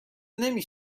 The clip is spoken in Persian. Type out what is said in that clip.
نمی